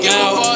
out